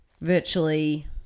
virtually